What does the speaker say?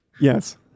Yes